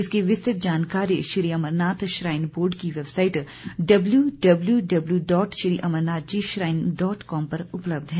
इसकी विस्तृत जानकारी श्रीअमरनाथ श्राइन बोर्ड की website W W W dot Shri Amarnathji shrine dot com पर उपलब्ध है